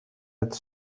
het